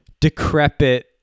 decrepit